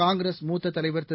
காங்கிரஸ் மூத்ததலைவர் திரு